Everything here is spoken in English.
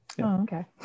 okay